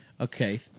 Okay